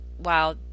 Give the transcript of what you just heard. Wow